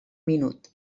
minut